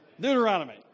Deuteronomy